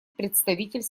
представитель